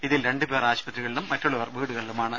ഇതിൽ രണ്ട് പേർ ആശുപത്രികളിലും മറ്റുള്ളവർ വീടുകളിലുമാണ്